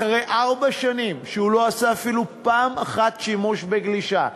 אחרי ארבע שנים שהוא לא עשה אפילו פעם אחת שימוש בגלישה,